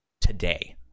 today